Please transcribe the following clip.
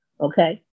okay